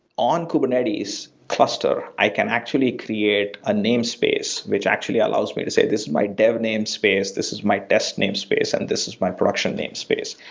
on kubernetes cluster, i can actually create a name space which actually allows me to say, this is my dev name space, this is desk name space, and this is my production name space.